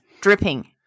Dripping